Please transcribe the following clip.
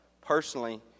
personally